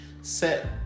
Set